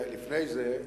לפני זה,